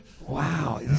Wow